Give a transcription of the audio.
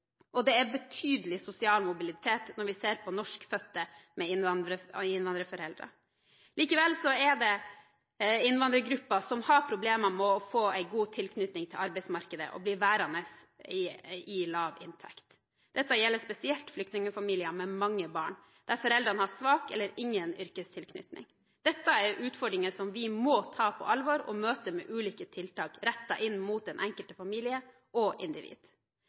og det er betydelig sosial mobilitet når vi ser på norskfødte med innvandrerforeldre. Likevel er det innvandrergrupper som har problemer med å få en god tilknytning til arbeidsmarkedet, og blir værende i lavinntektsgruppen. Dette gjelder spesielt flyktningfamilier med mange barn der foreldrene har svak eller ingen yrkestilknytning. Dette er utfordringer som vi må ta på alvor, og møte med ulike tiltak rettet inn mot den enkelte familie og individ.